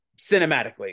cinematically